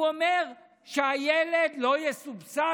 הוא אומר שהילד לא יסובסד.